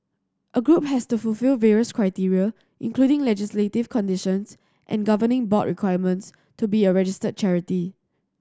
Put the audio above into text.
a group has to fulfil various criteria including legislative conditions and governing board requirements to be a registered charity